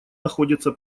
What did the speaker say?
находится